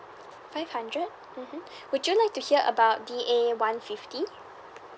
five hundred mmhmm would you like to hear about D A one fifty